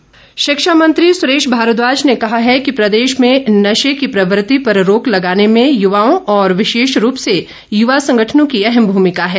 भारद्वाज शिक्षा मंत्री सुरेश भारद्वाज ने कहा है कि प्रदेश में नशे की प्रवृति पर रोक लगाने में युवाओं और विशेषरूप से युवा सँगठनों की अहम भूमिका है